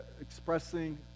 expressing